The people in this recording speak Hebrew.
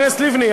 חברת הכנסת לבני,